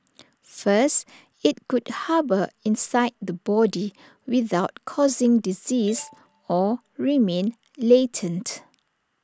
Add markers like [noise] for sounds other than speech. first IT could harbour inside the body without causing [noise] disease or remain latent